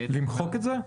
למחוק את זה?